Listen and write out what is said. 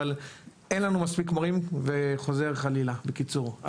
אבל אין לנו מספיק מורים וחוזר חלילה בקיצור.